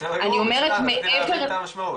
בסדר גמור, רציתי להבין את המשמעות.